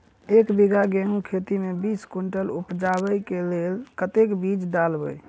एक बीघा गेंहूँ खेती मे बीस कुनटल उपजाबै केँ लेल कतेक बीज डालबै?